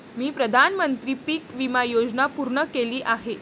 मी प्रधानमंत्री पीक विमा योजना पूर्ण केली आहे